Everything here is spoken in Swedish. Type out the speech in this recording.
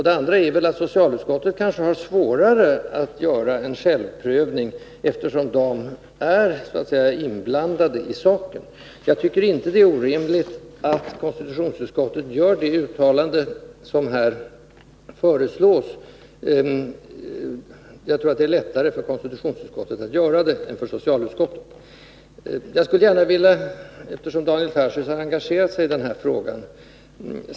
Den andra är att socialutskottet kanske har svårare att göra en överprövning, eftersom detta varit engagerat i saken. Jag tycker inte att det är orimligt att konstitutionsutskottet gör det uttalande som här föreslås; jag tror att det är lättare för konstitutionsutskottet att göra det än för socialutskottet. Daniel Tarschys har engagerat sig i den här frågan.